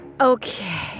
Okay